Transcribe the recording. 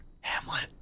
Hamlet